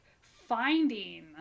finding